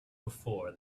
before